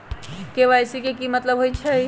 KYC के कि मतलब होइछइ?